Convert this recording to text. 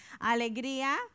Alegría